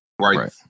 Right